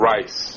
Rice